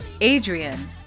Adrian